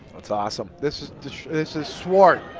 that's awesome. this is this is swart,